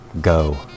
go